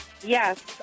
Yes